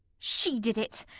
she did it!